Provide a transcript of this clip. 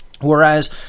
Whereas